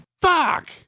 Fuck